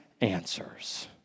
answers